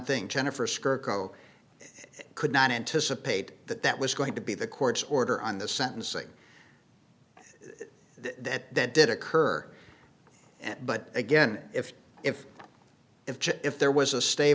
thing jennifer could not anticipate that that was going to be the court's order on the sentencing that did occur but again if if if if there was a stay